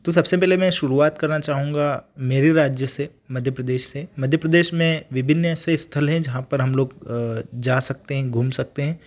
तो सबसे पहले मैं शुरुआत करना चाहूँगा मेरे राज्य से मध्य प्रदेश से मध्य प्रदेश में विभिन्न ऐसे स्थल हैं जहाँ पर हम लोग जा सकते हैं घूम सकते हैं